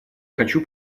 хочу